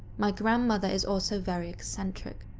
my grandmother is also very eccentric,